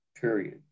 period